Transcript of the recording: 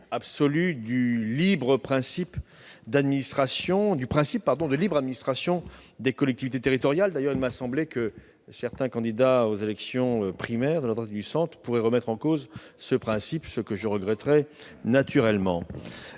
absolu du principe de libre administration des collectivités territoriales. D'ailleurs, il m'a semblé qu'un candidat à la primaire de la droite et du centre pourrait remettre en cause ce principe, ce que je regretterais naturellement